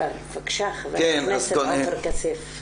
ח"כ עופר כסיף בבקשה.